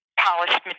polished